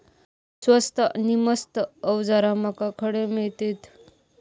स्वस्त नी मस्त अवजारा माका खडे मिळतीत?